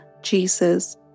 Jesus